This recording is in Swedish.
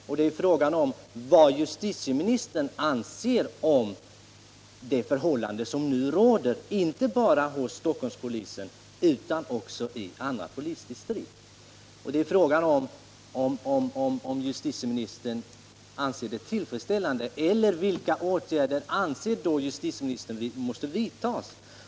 Det är här fråga om vad justitieministern anser om de förhållanden som nu råder inte bara inom Stockholmspolisen utan också inom andra polisdistrikt och om han finner dem tillfredsställande, och det är fråga om vilka åtgärder justitieministern anser att man måste vidta.